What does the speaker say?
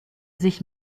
sich